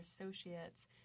associates